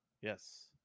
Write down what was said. Yes